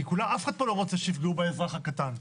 כי אף אחד פה לא רוצה שיפגעו באזרח הקטן.